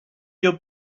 your